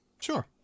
Sure